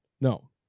No